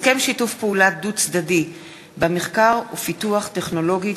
הסכם שיתוף פעולה דו-צדדי במחקר ופיתוח טכנולוגי